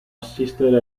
assistere